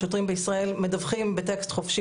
השוטרים בישראל מדווחים בטקסט חופשי